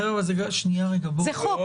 זה חוק.